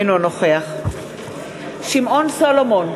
אינו נוכח שמעון סולומון,